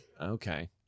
Okay